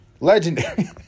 Legendary